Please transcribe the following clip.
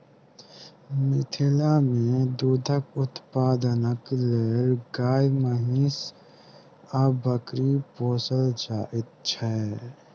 मिथिला मे दूधक उत्पादनक लेल गाय, महीँस आ बकरी पोसल जाइत छै